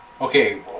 Okay